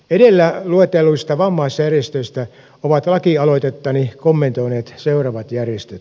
edellä luetelluista vammaisjärjestöistä ovat lakialoitettani kommentoineet seuraavat järjestöt